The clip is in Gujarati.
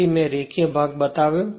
તેથી મેં રેખીય ભાગ બતાવ્યો